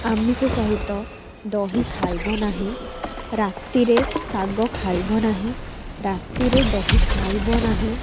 ଆମିଷ ସହିତ ଦହି ଖାଇବ ନାହିଁ ରାତିରେ ଶାଗ ଖାଇବ ନାହିଁ ରାତିରେ ଦହି ଖାଇବ ନାହିଁ